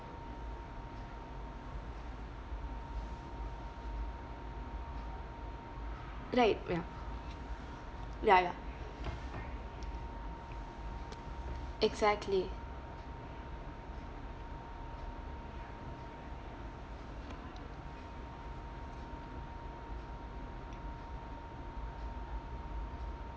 right ya ya ya exactly